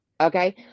Okay